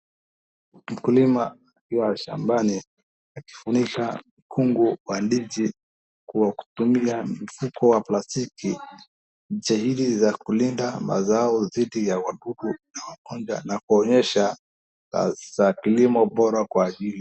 Mkulima akiwa shambani, akifunika mkungu wa ndizi kwa kutumia mfuko wa plastiki, jahidi la kulinda mazao dhidi ya wadudu na kuonyesha kilimo bora kwa ajili.